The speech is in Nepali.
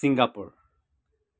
सिङ्गापुर